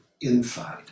inside